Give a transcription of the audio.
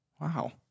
Wow